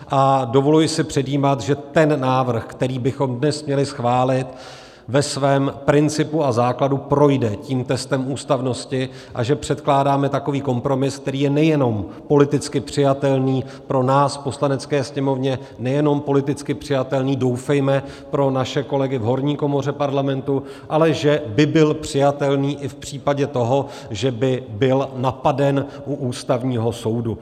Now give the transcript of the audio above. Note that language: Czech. A dovoluji si předjímat, že ten návrh, který bychom dnes měli schválit, ve svém principu a základu projde testem ústavnosti a že předkládáme takový kompromis, který je nejenom politicky přijatelný pro nás v Poslanecké sněmovně, nejenom politicky přijatelný, doufejme, pro naše kolegy v horní komoře Parlamentu, ale že by byl přijatelný i v případě toho, že by byl napaden u Ústavního soudu.